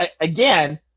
again